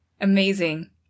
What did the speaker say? Amazing